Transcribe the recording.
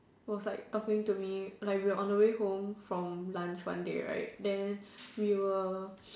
was like talking to me like we were on our way home from lunch one day right then we were